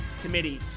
Committee